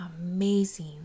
amazing